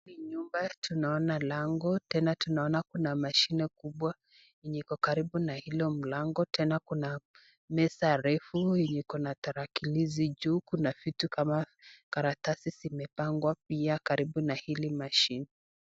Kwa hii nyumba tunaona lango, tena tunaona kuna mashini kubwa yenye iko karibu na hilo mlango, tena kuna meza refu yenye iko na tarakilishi juu, kuna vitu kama karatasi zimepangwa pia karibu na hili mashini.